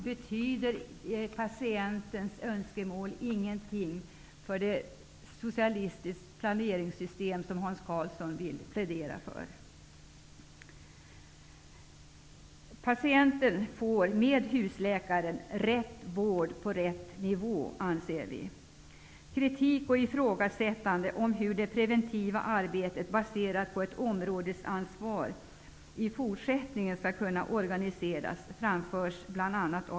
Betyder patientens önskemål ingenting i det socialistiska planeringssystem som Hans Karlsson pläderar för? Patienten får genom husläkaren rätt vård på rätt nivå, anser vi. Kritik och ifrågasättande av hur det preventiva arbetet baserat på ett områdesansvar i fortsättningen skall kunna organiseras framförs av bl.a.